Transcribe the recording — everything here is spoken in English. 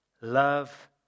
Love